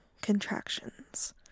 contractions